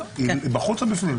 בחוץ או בפנים?